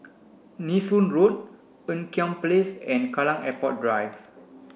Nee Soon Road Ean Kiam Place and Kallang Airport Drive